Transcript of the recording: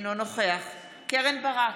אינו נוכח קרן ברק,